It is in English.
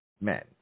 men